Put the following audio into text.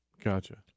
Gotcha